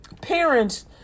parents